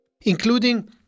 including